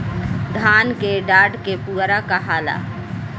धान के डाठ के पुआरा कहाला